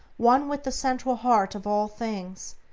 one with the central heart of all things,